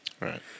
Right